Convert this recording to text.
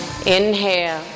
inhale